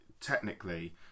technically